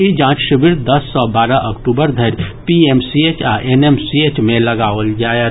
ई जांच शिविर दस सॅ बारह अक्टूबर धरि पीएमसीएच आ एनएमसीएच मे लगाओल जायत